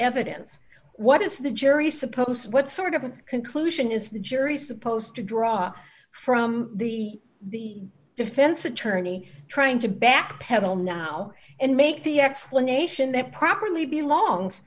evidence what is the jury suppose what sort of a conclusion is the jury supposed to draw from the the defense attorney trying to backpedal now and make the explanation that properly belongs